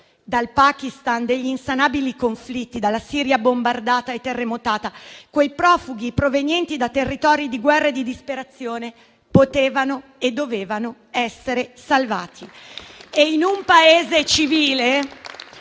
dal Pakistan degli insanabili conflitti, dalla Siria bombardata e terremotata, quei profughi provenienti da territori di guerre e di disperazione potevano e dovevano essere salvati. In un Paese civile,